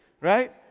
right